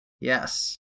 Yes